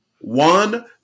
One